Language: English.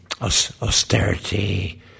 austerity